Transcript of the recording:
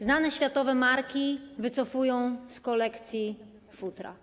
Znane światowe marki wycofują z kolekcji futra.